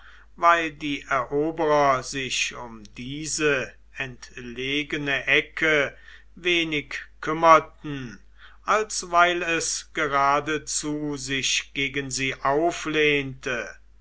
weil die eroberer sich um diese entlegene ecke wenig kümmerten als weil es geradezu sich gegen sie auflehnte